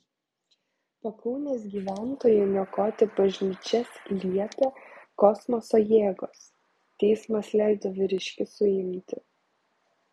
pakaunės gyventojui niokoti bažnyčias liepė kosmoso jėgos teismas leido vyriškį suimti